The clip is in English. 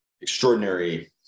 extraordinary